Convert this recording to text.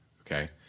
Okay